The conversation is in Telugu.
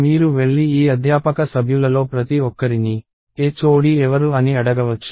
మీరు వెళ్లి ఈ అధ్యాపక సభ్యులలో ప్రతి ఒక్కరినీ HOD ఎవరు అని అడగవచ్చు